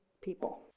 people